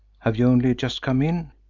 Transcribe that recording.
have you only just come in?